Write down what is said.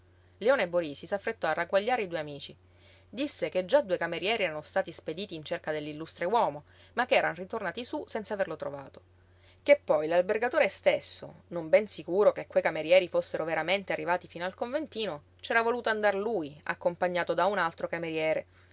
leone borisi s'affrettò a ragguagliare i due amici disse che già due camerieri erano stati spediti in cerca dell'illustre uomo ma che eran ritornati sú senza averlo trovato che poi l'albergatore stesso non ben sicuro che quei camerieri fossero veramente arrivati fino al conventino c'era voluto andar lui accompagnato da un altro cameriere